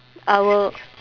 I will